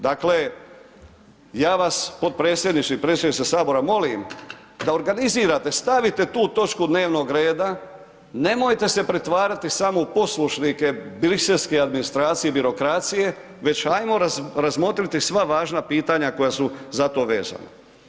Dakle, ja vas, potpredsjedniče i predsjedniče Sabora molim, da organizirate, stavite tu točku dnevnog reda, nemojte se pretvarati samo u poslušnike briselske administracije i birokracije, već hajmo razmotriti sva važna pitanja koja su za to vezana.